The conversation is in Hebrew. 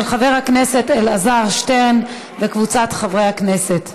של חבר הכנסת אלעזר שטרן וקבוצת חברי הכנסת.